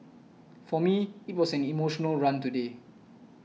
for me it was an emotional run today